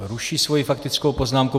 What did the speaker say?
Ruší svoji faktickou poznámku.